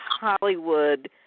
Hollywood